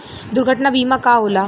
दुर्घटना बीमा का होला?